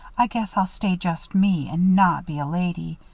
i guess i'll stay just me and not be a lady.